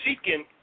seeking